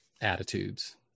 attitudes